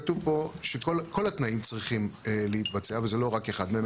כתוב פה שכל התנאים צריכים להתבצע וזה לא רק אחד מהם,